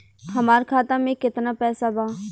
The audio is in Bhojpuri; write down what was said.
हमार खाता मे केतना पैसा बा?